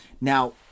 Now